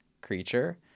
creature